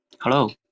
Hello